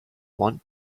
want